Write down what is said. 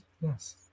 Yes